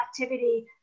activity